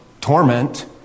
torment